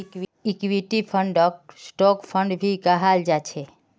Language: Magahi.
इक्विटी फंडक स्टॉक फंड भी कहाल जा छे